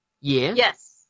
Yes